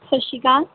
ਸਤਿ ਸ਼੍ਰੀ ਅਕਾਲ